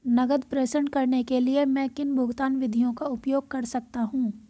नकद प्रेषण करने के लिए मैं किन भुगतान विधियों का उपयोग कर सकता हूँ?